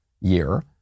year